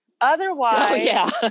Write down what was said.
Otherwise